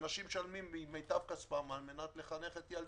אנשים משלמים ממיטב כספם כדי לחנך את ילדיהם.